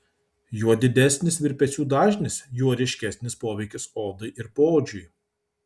juo didesnis virpesių dažnis juo ryškesnis poveikis odai ir poodžiui